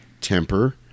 temper